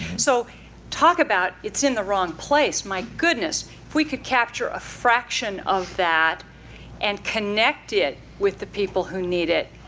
so talk about it's in the wrong place, my goodness. if we could capture a fraction of that and connect it with the people who need it,